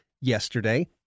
yesterday